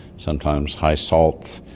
sometimes high salt,